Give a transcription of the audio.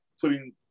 putting